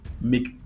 make